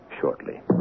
shortly